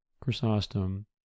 chrysostom